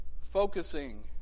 Focusing